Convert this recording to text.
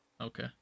okay